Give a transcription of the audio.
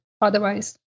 otherwise